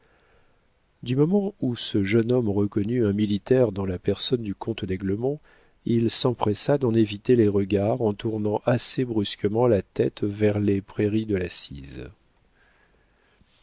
du moment où ce jeune homme reconnut un militaire dans la personne du comte d'aiglemont il s'empressa d'en éviter les regards en tournant assez brusquement la tête vers les prairies de la cise